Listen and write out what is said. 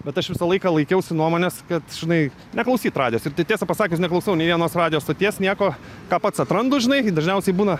bet aš visą laiką laikiausi nuomonės kad žinai neklausyt radijos ir tai tiesa pasakius neklausau nei vienos radijo stoties nieko ką pats atrandu žinai dažniausiai būna